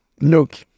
Look